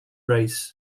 race